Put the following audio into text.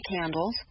candles